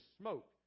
smoke